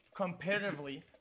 Comparatively